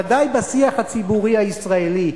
ודאי בשיח הציבורי הישראלי.